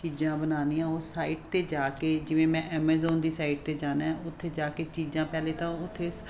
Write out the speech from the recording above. ਚੀਜ਼ਾਂ ਬਨਾਨੀ ਹਾਂ ਉਹ ਸਾਈਟ 'ਤੇ ਜਾ ਕੇ ਜਿਵੇਂ ਮੈਂ ਐਮਾਜੋਨ ਦੀ ਸਾਈਟ 'ਤੇ ਜਾਣਾ ਉੱਥੇ ਜਾ ਕੇ ਚੀਜ਼ਾਂ ਪਹਿਲਾਂ ਤਾਂ ਉੱਥੇ